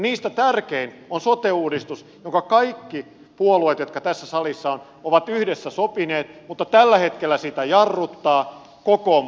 niistä tärkein on sote uudistus jonka kaikki puolueet jotka tässä salissa ovat ovat yhdessä sopineet mutta jota tällä hetkellä jarruttaa kokoomus